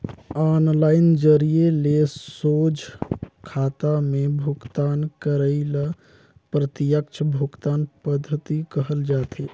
online जरिए ले सोझ खाता में भुगतान करई ल प्रत्यक्छ भुगतान पद्धति कहल जाथे